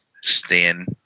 Stand